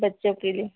बच्चों के लिए